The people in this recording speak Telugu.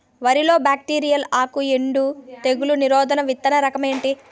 వరి లో బ్యాక్టీరియల్ ఆకు ఎండు తెగులు నిరోధక విత్తన రకం ఏంటి?